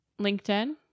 LinkedIn